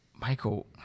Michael